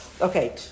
Okay